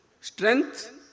strength